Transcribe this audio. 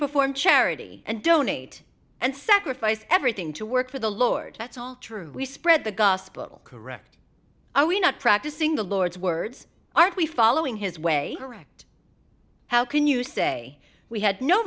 perform charity and donate and sacrifice everything to work for the lord that's all true we spread the gospel correct are we not practicing the lord's words aren't we following his way how can you say we had no